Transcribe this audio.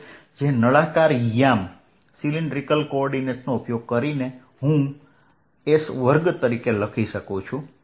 જે નળાકાર યામ નો ઉપયોગ કરીને હું s વર્ગ તરીકે લખી શકું છું